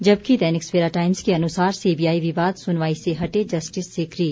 जबकि दैनिक सवेरा टाईम्स के अनुसार सीबीआईविवाद सुनवाई से हटे जस्टिस सीकरी